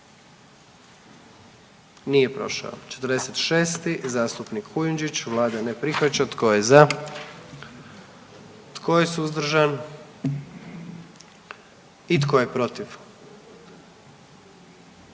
44. Kluba zastupnika SDP-a, vlada ne prihvaća. Tko je za? Tko je suzdržan? Tko je protiv?